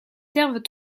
servent